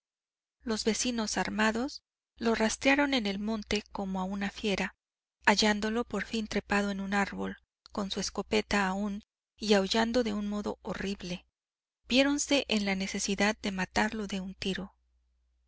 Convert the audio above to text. los vecinos armados lo rastrearon en el monte como a una fiera hallándolo por fin trepado en un árbol con su escopeta aún y aullando de un modo horrible viéronse en la necesidad de matarlo de un tiro